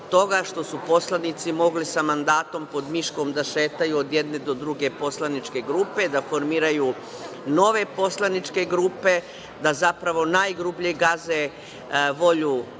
što su poslanici mogli sa mandatom pod miškom da šetaju od jedne do druge poslaničke grupe, da formiraju nove poslaničke grupe, da zapravo najgrublje gaze volju